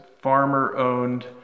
farmer-owned